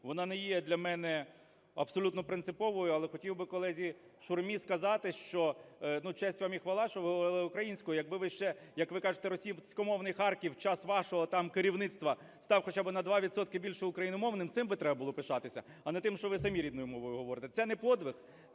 вона не є для мене абсолютно принциповою. Але хотів би колезі Шурмі сказати, що честь вам і хвала, що ви говорили українською. Якби ви ще, як ви кажете, російськомовний Харків в час вашого там керівництва став хоча би на два відсотки більше україномовним, цим би треба було пишатися. А не тим, що ви самі рідною мовою говорите. Це не подвиг,